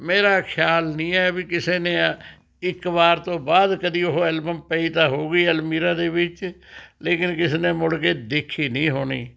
ਮੇਰਾ ਖਿਆਲ ਨਹੀਂ ਹੈ ਵੀ ਕਿਸੇ ਨੇ ਇੱਕ ਵਾਰ ਤੋਂ ਬਾਅਦ ਕਦੀ ਉਹ ਐਂਲਬਮ ਪਈ ਤਾਂ ਹੋਉਗੀ ਅਲਮੀਰਾ ਦੇ ਵਿੱਚ ਲੇਕਿਨ ਕਿਸੇ ਨੇ ਮੁੜ ਕੇ ਦੇਖੀ ਨਹੀਂ ਹੋਣੀ